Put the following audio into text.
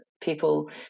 people